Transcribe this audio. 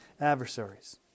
adversaries